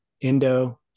Indo